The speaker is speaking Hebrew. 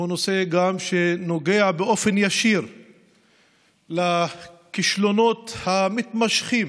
נוגע באופן ישיר לכישלונות המתמשכים